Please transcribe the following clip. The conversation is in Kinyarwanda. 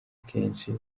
akenshi